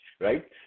right